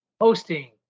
hosting